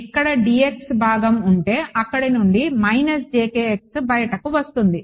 ఎక్కడ భాగం ఉంటే అక్కడి నుంచి బయటకు వస్తుంది